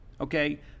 Okay